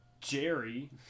Jerry